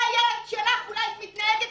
אם זה היה ילד שלך אולי היית מתנהגת